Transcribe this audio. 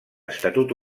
estatut